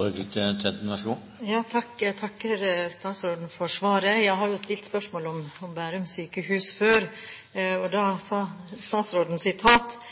Jeg takker statsråden for svaret. Jeg har jo stilt spørsmål om Bærum sykehus før, og da sa statsråden